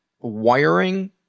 wiring